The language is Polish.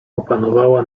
opanowała